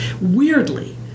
Weirdly